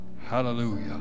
Hallelujah